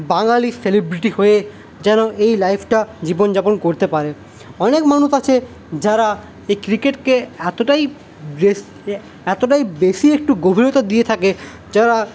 বাঙালি celebrity হয়ে যেন এই লাইফটা জীবনযাপন করতে পারে অনেক মানুষ আছে যারা এই ক্রিকেটকে এতটাই বেশী এতটাই বেশী একটু গভীরতা দিয়ে থাকে যারা